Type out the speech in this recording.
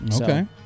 Okay